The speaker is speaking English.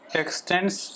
extends